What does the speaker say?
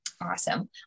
awesome